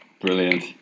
Brilliant